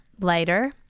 lighter